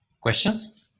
questions